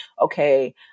okay